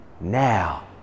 now